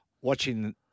watching